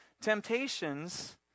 temptations